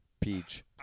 Peach